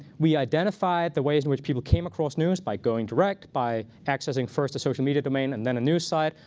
we identified the ways in which people came across news by going direct, by accessing first a social media domain and then a news site,